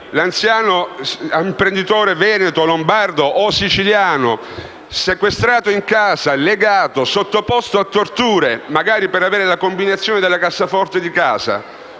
l'anziano imprenditore veneto, lombardo o siciliano, sarà sequestrato in casa, legato, sottoposto a tortura, magari per avere la combinazione della cassaforte.